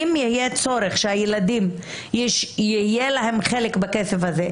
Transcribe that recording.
אם יהיה צורך שלילדים יהיה חלק בכסף הזה,